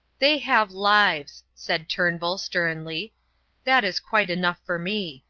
they have lives! said turnbull, sternly that is quite enough for me.